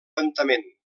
lentament